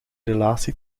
relatie